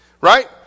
right